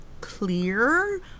clear